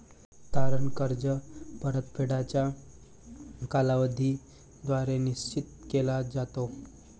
तारण कर्ज परतफेडीचा कालावधी द्वारे निश्चित केला जातो